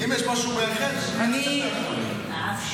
אם יש משהו מאחד, צריך לנצל את ההזדמנות.